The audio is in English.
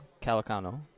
Calicano